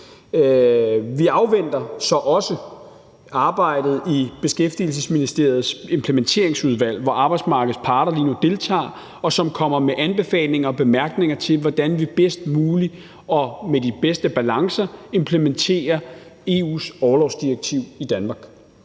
Vi afventer så også arbejdet i Beskæftigelsesministeriets implementeringsudvalg, hvor arbejdsmarkedets parter lige nu deltager, og det kommer med anbefalinger og bemærkninger til, hvordan vi bedst muligt og med de bedste balancer implementerer EU's orlovsdirektiv i Danmark.